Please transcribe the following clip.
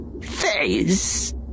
face